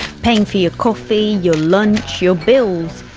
paying for your coffee, your lunch, your bills,